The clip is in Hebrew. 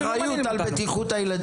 האם אתם לוקחים אחריות על בטיחות הילדים?